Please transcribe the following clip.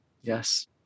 Yes